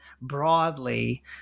broadly